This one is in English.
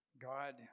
God